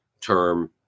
term